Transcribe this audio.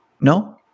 no